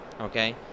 okay